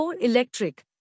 Electric